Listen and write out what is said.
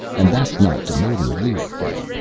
and that's not demoting you, fay.